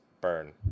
Burn